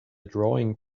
drawing